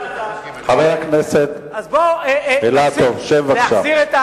חבר הכנסת אילטוב, שב בבקשה.